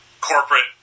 corporate